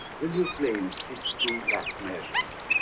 will you play these two last measures?